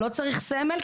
לא צריך סמל,